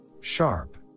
sharp